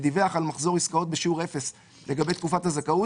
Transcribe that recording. ודיווח על מחזור עסקאות בשיעור אפס לגבי תקופת הזכאות,